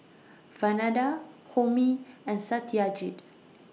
Vandana Homi and Satyajit